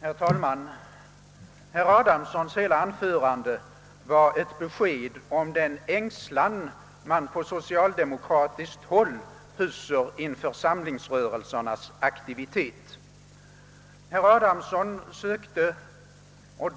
Herr talman! Hela herr Adamssons anförande gav ett besked om den ängslan man hyser på socialdemokratiskt håll inför samlingsrörelsernas aktivitet. Herr Adamsson försökte